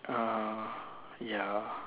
uh ya